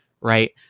right